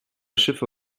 schiffe